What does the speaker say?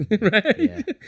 right